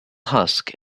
husk